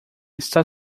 está